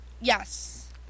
Yes